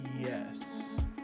yes